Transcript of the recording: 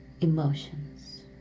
emotions